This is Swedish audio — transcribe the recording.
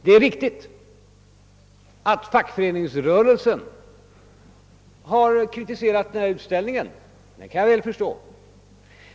Det är riktigt att Fackföreningsrörelsen har kritiserat utställningen, och det kan jag väl förstå.